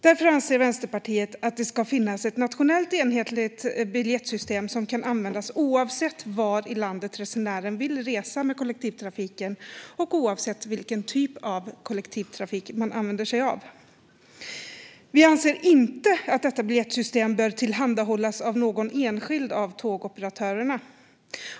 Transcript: Därför anser Vänsterpartiet att det ska finnas ett nationellt, enhetligt biljettsystem som kan användas oavsett var i landet resenären vill resa med kollektivtrafiken och oavsett vilken typ av kollektivtrafik man använder sig av. Vi anser inte att detta biljettsystem bör tillhandahållas av någon enskild av tågoperatörerna.